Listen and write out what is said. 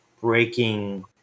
breaking